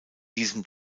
diesem